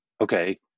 Okay